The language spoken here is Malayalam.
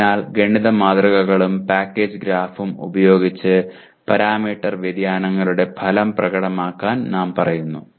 അതിനാൽ ഗണിത മാതൃകകളും പാക്കേജ് ഗ്രാഫും ഉപയോഗിച്ച് പാരാമീറ്റർ വ്യതിയാനങ്ങളുടെ ഫലം പ്രകടമാക്കാൻ നാം പറയുന്നു